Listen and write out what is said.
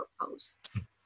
posts